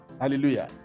Hallelujah